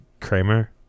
Kramer